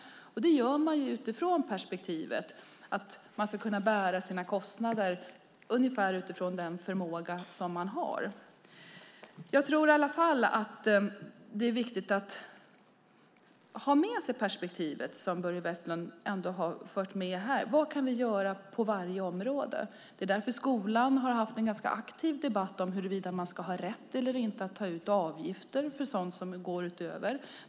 Det gör man utifrån perspektivet att människor ska kunna bära sina kostnader ungefär utifrån den förmåga som de har. Jag tror i alla fall att det är viktigt att ha med sig det perspektiv som Börje Vestlund här har tagit upp. Vad kan vi göra på varje område? Det är därför som skolan har haft en ganska aktiv debatt om huruvida man ska ha rätt eller inte att ta ut avgifter för sådant som går utöver det vanliga.